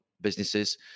businesses